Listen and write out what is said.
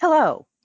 Hello